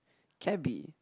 cabby